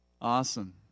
Awesome